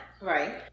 Right